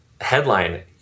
headline